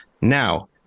Now